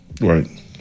right